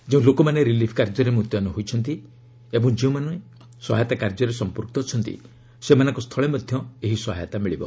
ଯେଉଁ ଲୋକମାନେ ରିଲିଫ୍ କାର୍ଯ୍ୟରେ ମୁତୟନ ହୋଇଛନ୍ତି ଓ ଯେଉଁ ଲୋକମାନେ ସହାୟତା କାର୍ଯ୍ୟରେ ସମ୍ପୃକ୍ତ ଅଛନ୍ତି ସେମାନଙ୍କ ସ୍ଥଳେ ମଧ୍ୟ ଏହି ସହାୟତା ମିଳିବ